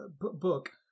book